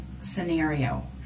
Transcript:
scenario